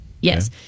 Yes